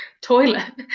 toilet